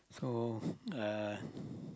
so uh